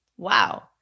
Wow